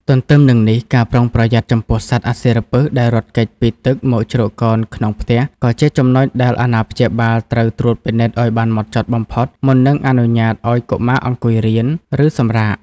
ទន្ទឹមនឹងនេះ ការប្រុងប្រយ័ត្នចំពោះសត្វអាសិរពិសដែលរត់គេចពីទឹកមកជ្រកកោនក្នុងផ្ទះ ក៏ជាចំណុចដែលអាណាព្យាបាលត្រូវត្រួតពិនិត្យឱ្យបានម៉ត់ចត់បំផុត មុននឹងអនុញ្ញាតឱ្យកុមារអង្គុយរៀន ឬសម្រាក។